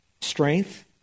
Strength